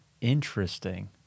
Interesting